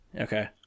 Okay